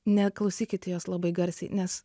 neklausykite jos labai garsiai nes